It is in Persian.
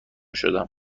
شدم